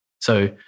So-